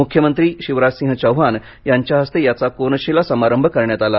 मुख्यमंत्री शिवराजसिंह चौहान यांच्या हस्ते याचा कोनशिला समारंभ करण्यात आला